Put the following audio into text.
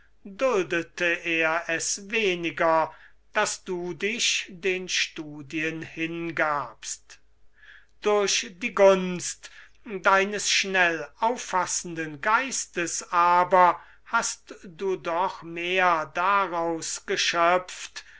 es weniger daß du dich den studien hingabst durch die gunst deines schnell auffassenden geistes aber hast du doch mehr daraus geschöpft